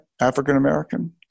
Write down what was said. African-American